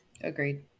Agreed